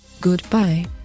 Goodbye